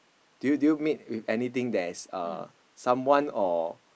do you do you meet with anything that is uh someone or